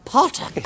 Potter